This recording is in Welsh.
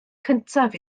cyntaf